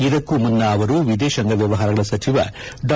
ಇದಕ್ಕೂ ಮುನ್ನ ಅವರು ವಿದೇತಾಂಗ ವ್ಲವಹಾರಗಳ ಸಚಿವ ಡಾ